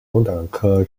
龙胆科